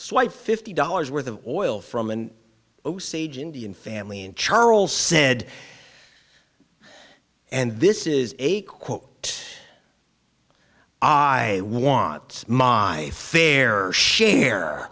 swipes fifty dollars worth of oil from and osage indian family and charles said and this is a quote i want my fair share